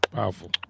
Powerful